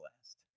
last